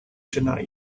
tonight